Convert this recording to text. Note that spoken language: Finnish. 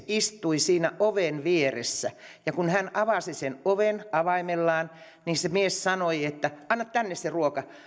istui mies oven vieressä ja kun hän avasi sen oven avaimellaan niin se mies sanoi että anna tänne se ruoka